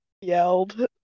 yelled